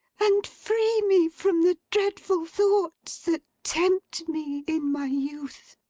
and free me from the dreadful thoughts that tempt me in my youth